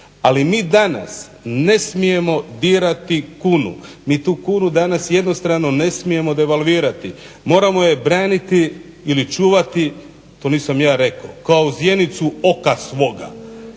ali mi danas ne smijemo dirati kunu, mi tu kunu danas jednostrano ne smijemo devalvirati. Moramo je braniti ili čuvati, to nisam ja rekao kao zjenicu oka svoga.